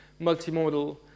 multimodal